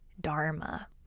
Dharma